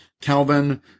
Calvin